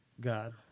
God